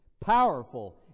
powerful